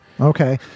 Okay